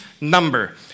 number